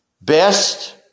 best